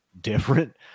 different